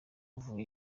muvuga